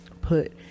put